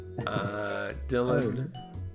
Dylan